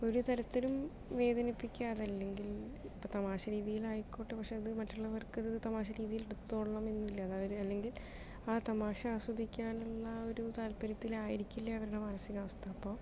ഒരു തരത്തിലും വേദനിപ്പിക്കാറില്ലെങ്കിൽ ഇപ്പം തമാശ രീതിയിൽ ആയിക്കോട്ടെ പക്ഷേ അത് മറ്റുള്ളവർക്ക് അത് തമാശ രീതിയിൽ എടുത്തു കൊള്ളണം എന്നില്ല അത് അവർ അല്ലെങ്കിൽ ആ തമാശ ആസ്വദിക്കാനുള്ള ഒരു താത്പര്യത്തിൽ ആയിരിക്കില്ല അവരുടെ മാനസികാവസ്ഥ അപ്പോൾ